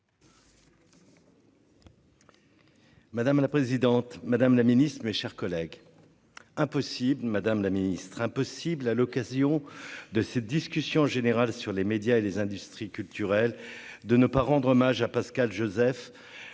Madame la présidente, Madame la Ministre, mes chers collègues, impossible Madame la ministre, impossible à l'occasion de cette discussion générale sur les médias et les industries culturelles, de ne pas rendre hommage à Pascal Joseph,